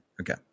Okay